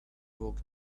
walked